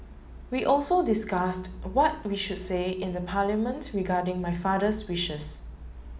we also discussed what we should say in the Parliament regarding my father's wishes